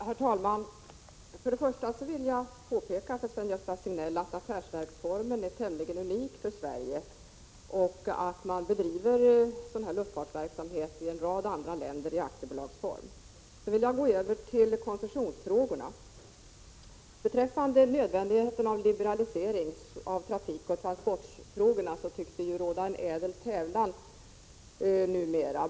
Herr talman! Jag vill påpeka för Sven-Gösta Signell att affärsverksformen är tämligen unik för Sverige och att sådan här luftfartsverksamhet bedrivs i aktiebolagsform i en rad andra länder. Jag går därmed över till koncessionsfrågorna. Beträffande nödvändigheten av en liberalisering av trafikoch transportfrågorna tycks det numera råda en ädel tävlan.